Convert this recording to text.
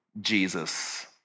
Jesus